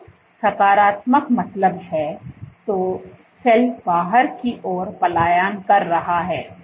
तो सकारात्मक मतलब है तो सेल बाहर की ओर पलायन कर रहा है